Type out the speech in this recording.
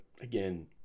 again